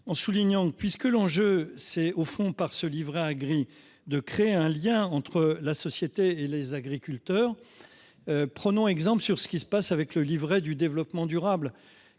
en soulignant que puisque l'enjeu, c'est au fond par ce livret A gris de créer un lien entre la société et les agriculteurs. Prenons exemple sur ce qui se passe avec le livret du développement durable,